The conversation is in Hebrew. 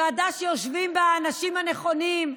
ועדה שיושבים בה האנשים הנכונים,